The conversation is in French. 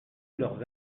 leurs